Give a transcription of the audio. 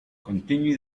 continue